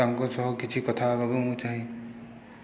ତାଙ୍କ ସହ କିଛି କଥା ହେବାକୁ ମୁଁ ଚାହେଁ